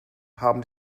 haben